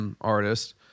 artist